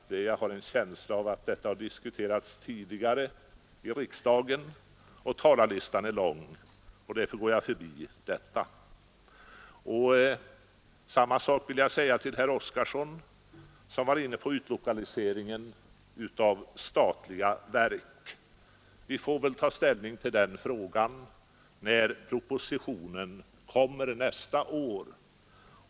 Jag har en känsla av att detta har diskuterats tidigare i riksdagen, och talarlistan är lång. Därför går jag förbi detta spörsmål. Samma sak vill jag säga till herr Oskarson som var inne på utlokaliseringen av statliga verk. Vi får väl ta ställning till den frågan när propositionen kommer nästa år.